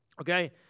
Okay